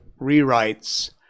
rewrites